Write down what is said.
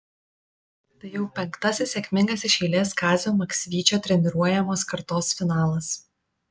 tai jau penktasis sėkmingas iš eilės kazio maksvyčio treniruojamos kartos finalas